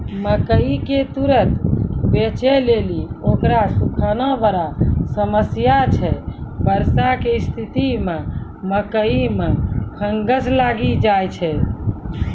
मकई के तुरन्त बेचे लेली उकरा सुखाना बड़ा समस्या छैय वर्षा के स्तिथि मे मकई मे फंगस लागि जाय छैय?